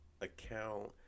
account